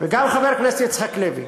וגם חבר הכנסת יצחק לוי.